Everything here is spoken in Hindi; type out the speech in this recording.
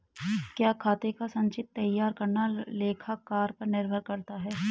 क्या खाते का संचित्र तैयार करना लेखाकार पर निर्भर करता है?